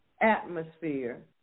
atmosphere